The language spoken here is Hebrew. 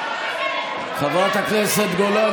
חברת הכנסת גולן,